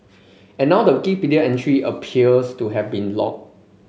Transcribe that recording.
and now the Wikipedia entry appears to have been locked